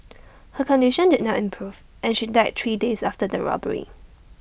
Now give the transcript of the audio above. her condition did not improve and she died three days after the robbery